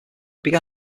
began